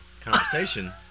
conversation